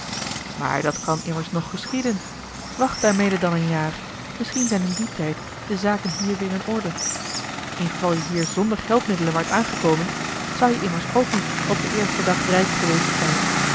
maar dat kan immers nog geschieden wacht daarmede dan een jaar misschien zijn in dien tijd de zaken hier weer in orde ingeval je hier zonder geldmiddelen waart aangekomen zou je immers ook niet op den eersten dag rijk geweest zijn